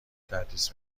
تدریس